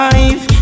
Life